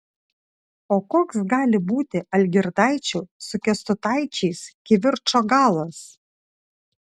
o koks gali būti algirdaičių su kęstutaičiais kivirčo galas